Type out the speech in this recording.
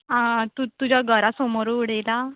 आ तूं तुज्या घरा समोरू उडयता